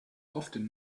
often